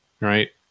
right